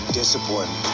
discipline